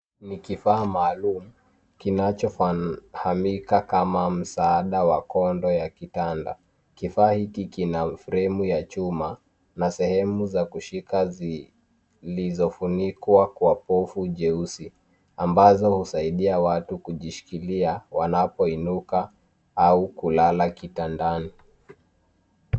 Ni kifaa maalum kinachofahamika kama msaada wa kondo ya kitanda. Kifaa hiki kina fremu ya chuma na sehemu za kushika zilizofunikwa kwa pofu jeusi ambazo husaidia watu kujishikilia wanapoinuka au kulala kitandani.